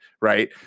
right